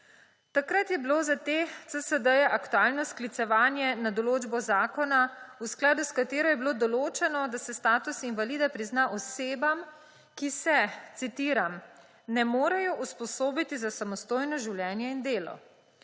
Takrat je bilo za te CSD-je aktualno sklicevanje na določbo zakona, v skladu s katero je bilo določeno, da se status invalida prizna osebam, ki se, citiram, »ne morejo usposobiti za samostojno življenje in delo«.